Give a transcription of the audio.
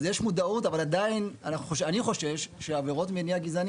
אז יש מודעות אבל עדיין אני חושש שעבירות ממניע גזעני